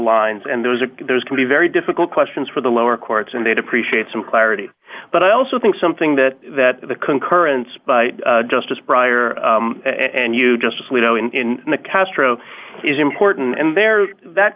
lines and those are those could be very difficult questions for the lower courts and they'd appreciate some clarity but i also think something that that the concurrence by justice breyer and you just as we know in the castro is important in there that